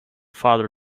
father